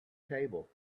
table